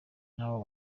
ntaho